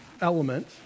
element